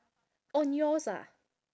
on yours ah